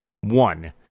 One